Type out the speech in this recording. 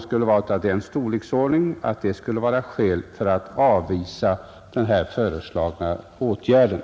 skulle vara av den storleksordningen att det skulle föreligga skäl att på den grunden avvisa den av oss föreslagna åtgärden.